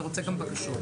אתה רוצה גם בקשות.